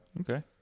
okay